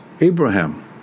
Abraham